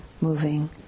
moving